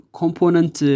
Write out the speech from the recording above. component